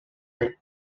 life